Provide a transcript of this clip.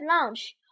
lunch